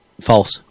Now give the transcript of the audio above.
False